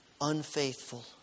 unfaithful